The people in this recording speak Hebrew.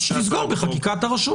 אז שתסגור בחקיקה את הרשות.